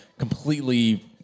completely